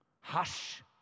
Hush